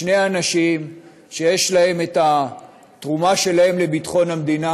שני אנשים שיש להם התרומה שלהם לביטחון המדינה,